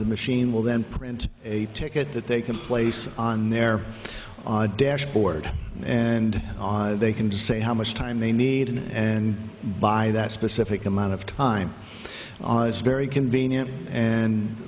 the machine will then print a ticket that they can place on their odd dashboard and they can just say how much time they need and by that specific amount of time it's very convenient and